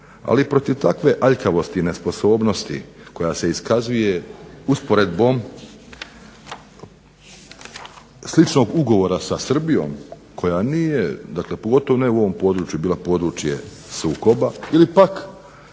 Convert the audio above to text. Ali protiv takve aljkavosti i nesposobnosti koja se iskazuje usporedbom sličnog ugovora sa Srbijom koja nije, pogotovo ne u ovom području bilo područje sukoba ili pak